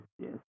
Yes